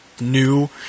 new